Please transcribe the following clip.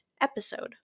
episode